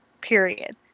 period